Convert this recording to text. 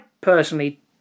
personally